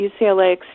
UCLA